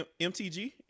MTG